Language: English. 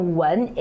one